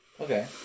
Okay